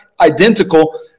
identical